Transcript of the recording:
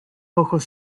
ojos